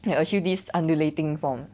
achieve this undulating form